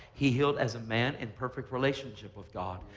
he healed as a man in perfect relationship with god.